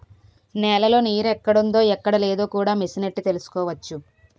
నేలలో నీరెక్కడుందో ఎక్కడలేదో కూడా మిసనెట్టి తెలుసుకోవచ్చు